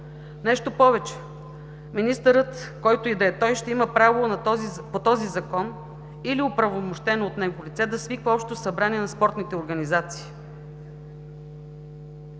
Нещо повече, министърът, който и да е той, ще има право по този Закон или оправомощено от него лице, да свиква общо събрание на спортните организации.